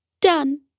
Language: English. done